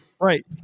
Right